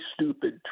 stupid